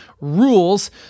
Rules